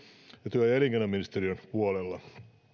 työ ja elinkeinoministeriön puolella